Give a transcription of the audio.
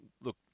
look